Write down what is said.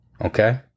okay